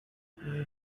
inshingano